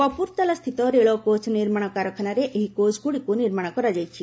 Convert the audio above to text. କପୁରତାଲା ସ୍ଥିତ ରେଳକୋଚ୍ ନିର୍ମାଣ କାରଖାନାରେ ଏହି କୋଚ୍ଗୁଡ଼ିକୁ ନିର୍ମାଣ କରାଯାଇଛି